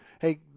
Hey